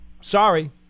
Sorry